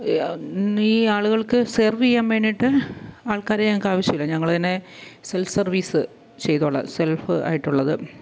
ഈ ആളുകൾക്ക് സെർവീയ്യാന് വേണ്ടിയിട്ട് ആൾക്കാരെ ഞങ്ങളഅക്കാവശ്യമില്ല ഞങ്ങള് തന്നെ സെൽഫ് സർവീസ് ചെയ്തോളാം സെൽഫ് ആയിട്ടുള്ളത്